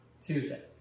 Tuesday